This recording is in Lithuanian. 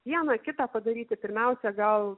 vieną kitą padaryti pirmiausia gal